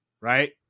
right